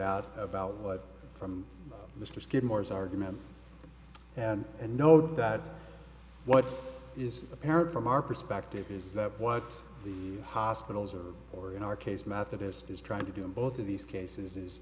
out about what from mr skidmore's argument and and no doubt what is apparent from our perspective is that what the hospitals are or in our case methodist is trying to do in both of these cases is